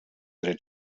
dret